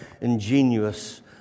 ingenious